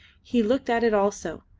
he looked at it also,